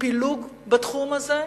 מפילוג בתחום הזה,